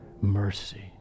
mercy